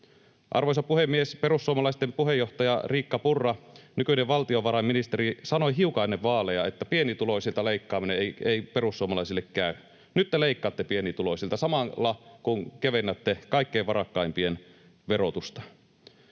Arvoisa puhemies, perussuomalaisten puheenjohtaja Riikka Purra, nykyinen valtiovarainministeri, sanoi hiukan ennen vaaleja, että pienituloisilta leikkaaminen ei perussuomalaisille käy. Nyt te leikkaatte pienituloisilta samalla, kun kevennätte kaikkein varakkaimpien verotusta.